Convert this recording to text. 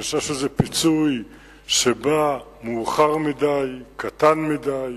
אני חושב שזה פיצוי שבא מאוחר מדי, הוא קטן מדי,